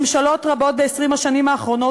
ממשלות רבות ב-20 השנים האחרונות,